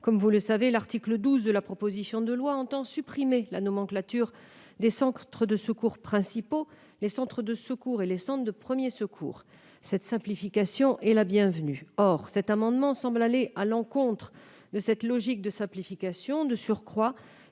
Comme vous le savez, l'article 12 de la proposition de loi entend supprimer la nomenclature distinguant centres de secours principaux, centres de secours et centres de premiers secours. Cette simplification est la bienvenue. Or cet amendement semble aller à l'encontre de cette logique. De surcroît,